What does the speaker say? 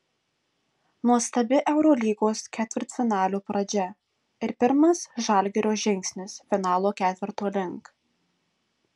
nuostabi eurolygos ketvirtfinalio pradžia ir pirmas žalgirio žingsnis finalo ketverto link